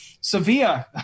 Sevilla